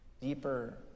deeper